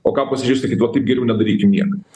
o ką pasižiūrėjus sakyt va taip geriau nedarykim niekad